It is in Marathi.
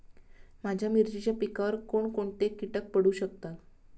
माझ्या मिरचीच्या पिकावर कोण कोणते कीटक पडू शकतात?